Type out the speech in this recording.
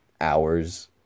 hours